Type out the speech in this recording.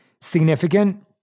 significant